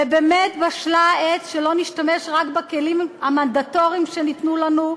ובאמת בשלה העת שלא נשתמש רק בכלים המנדטוריים שניתנו לנו,